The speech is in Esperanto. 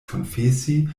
konfesi